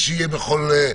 שלא.